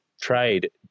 trade